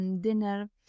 dinner